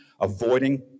avoiding